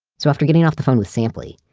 so after getting off the phone with sampley,